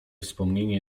wspomnienie